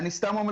אני אומר סתם,